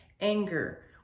anger